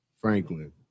Franklin